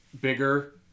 bigger